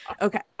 Okay